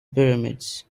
pyramids